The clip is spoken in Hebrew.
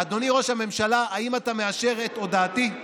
אדוני ראש הממשלה, האם אתה מאשר את הודעתי?